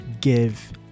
give